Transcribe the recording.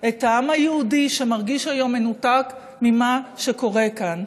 את העם היהודי, שמרגיש היום מנותק ממה שקורה כאן.